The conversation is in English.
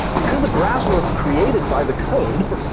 because the graphs were created by the code,